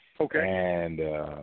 Okay